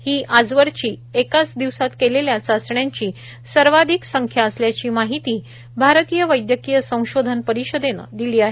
ही आजवरची एकाच दिवसात केलेल्या चाचण्यांची सर्वाधिक संख्या असल्याची माहिती भारतीय वैद्यकीय संशोधन परिषदेनं दिली आहे